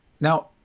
now